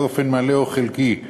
באופן מלא או חלקי,